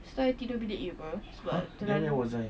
lepas itu I tidur bilik you apa sebab itu lah